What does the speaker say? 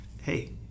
hey